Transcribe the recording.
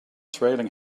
trailing